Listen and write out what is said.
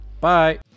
Bye